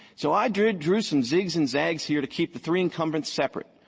so i drew drew some zigs and zags here to keep the three incumbents separate,